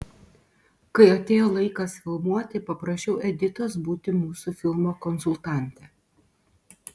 kai atėjo laikas filmuoti paprašiau editos būti mūsų filmo konsultante